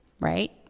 right